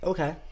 Okay